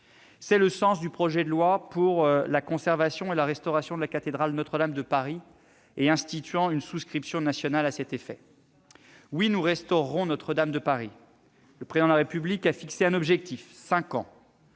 C'est le sens du projet de loi pour la conservation et la restauration de la cathédrale Notre-Dame de Paris et instituant une souscription nationale à cet effet. Oui, nous restaurerons Notre-Dame de Paris ! Le Président de la République a fixé un objectif : cinq ans.